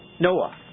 Noah